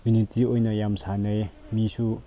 unity ꯑꯣꯏꯅ ꯌꯥꯝ ꯁꯥꯟꯅꯩꯌꯦ ꯃꯤꯁꯨ